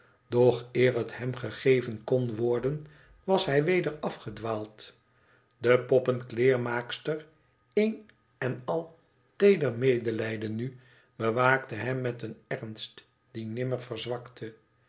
doch eer het hem gegeven kon worden was hij weder afgedwaald de poppenkleermaakster een en al teeder medelijden nu bewaakte hem met een ernst die nimmer verzwakte